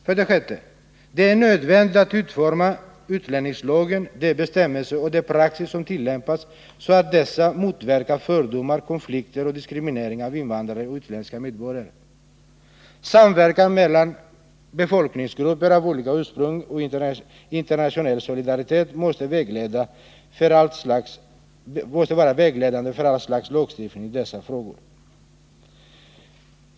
För det sjätte är det nödvändigt att utforma utlänningslagen samt de bestämmelser och den praxis som tillämpas så att dessa motverkar fördomar, konflikter och diskriminering av invandrare och utländska medborgare. Samverkan mellan befolkningsgrupper av olika ursprung och internationell solidaritet måste vara vägledande för all slags lagstiftning i dessa frågor.